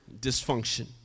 dysfunction